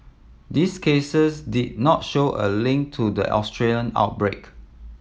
these cases did not show a link to the Australian outbreak